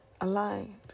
aligned